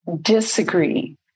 disagree